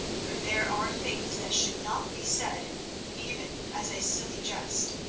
for there are things that should not be said even as a silly jest.